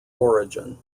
origin